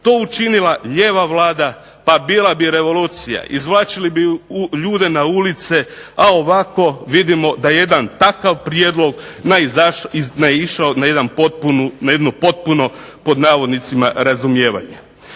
to učinila lijeva Vlada pa bila bi revolucija, izvlačili bi ljude na ulice, a ovako vidimo da jedan takav prijedlog je naišao na jedno potpuno, pod navodnicima, "razumijevanje".